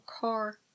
car